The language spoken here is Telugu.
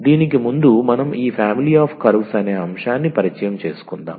దీనికి ముందు మనం ఈ ఫామిలీ ఆఫ్ కర్వ్స్ అనే అంశాన్ని పరిచయం చేసుకుందాం